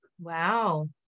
Wow